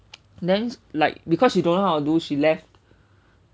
then it's like because she don't know how do she left